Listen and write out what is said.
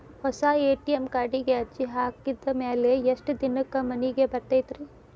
ಹೊಸಾ ಎ.ಟಿ.ಎಂ ಕಾರ್ಡಿಗೆ ಅರ್ಜಿ ಹಾಕಿದ್ ಮ್ಯಾಲೆ ಎಷ್ಟ ದಿನಕ್ಕ್ ಮನಿಗೆ ಬರತೈತ್ರಿ?